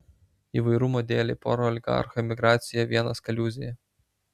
įvairumo dėlei pora oligarchų emigracijoje vienas kaliūzėje